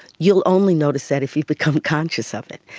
you'll only notice that if you become conscious of it.